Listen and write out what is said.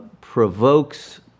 provokes